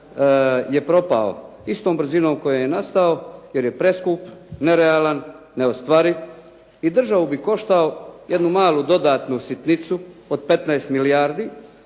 je propao istom brzinom od koje je nastao jer je preskup, nerealan, neostvariv i državu bi koštao jednu malu dodatnu sitnicu od 15 milijardi